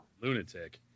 lunatic